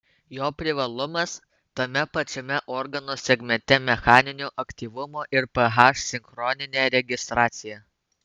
jo privalumas tame pačiame organo segmente mechaninio aktyvumo ir ph sinchroninė registracija